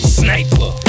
sniper